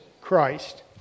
Christ